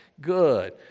Good